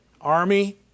Army